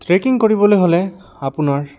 trekking কৰিবলৈ হ'লে আপোনাৰ